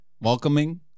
welcoming